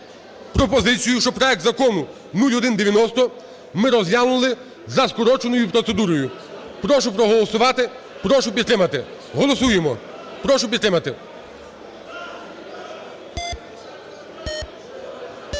пропозицію, щоб проект Закону 0190 ми розглянули за скороченою процедурою. Прошу проголосувати, прошу підтримати. Голосуємо. Прошу підтримати.